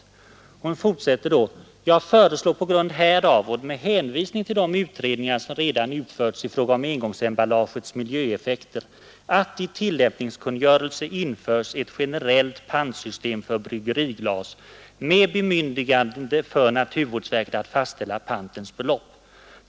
Hon fortsätter: ”Jag föreslår på grund härav och med hänvisning till de utredningar som redan utförts i fråga om engångsemballagets miljöeffekter, att i tillämpningskungörelse införs ett generellt pantsystem för bryggeriglas med bemyndigande för naturvårdsverket att fastsälla pantens belopp.